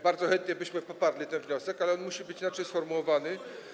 Bardzo chętnie byśmy poparli ten wniosek, ale on musi być inaczej sformułowany.